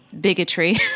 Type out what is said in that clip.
bigotry